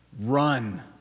run